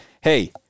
hey